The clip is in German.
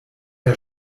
der